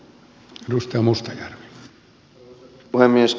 arvoisa puhemies